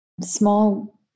small